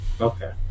Okay